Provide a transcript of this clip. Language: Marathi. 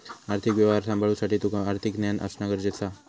आर्थिक व्यवहार सांभाळुसाठी तुका आर्थिक ज्ञान असणा गरजेचा हा